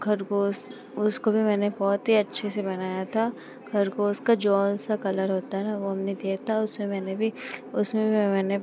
ख़रगोश उसको भी मैंने बहुत ही अच्छे से बनाया था ख़रगोश का जौन सा कलर होता है ना वह हमने दिया था उसमें मैंने भी उसमें भी मैंने